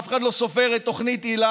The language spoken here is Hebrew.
אף אחד לא סופר את תוכנית היל"ה,